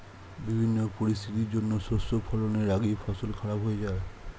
বিভিন্ন পরিস্থিতির জন্যে শস্য ফলনের আগেই ফসল খারাপ হয়ে যায়